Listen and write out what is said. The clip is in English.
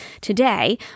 today